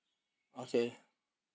okay